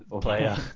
player